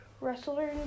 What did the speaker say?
wrestler